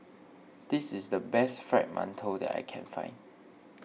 this is the best Fried Mantou that I can find